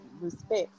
respect